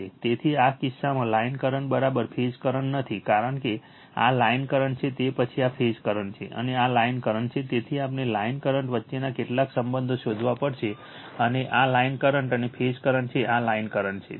તેથી આ કિસ્સામાં લાઇન કરંટ ફેઝ કરંટ નથી કારણ કે આ લાઇન કરંટ છે તે પછી આ ફેઝ કરંટ છે અને આ લાઇન કરંટ છે તેથી આપણે લાઇન કરંટ વચ્ચેના કેટલાક સંબંધો શોધવા પડશે અને આ લાઇન કરંટ અને ફેઝ કરંટ છે આ લાઇન કરંટ છે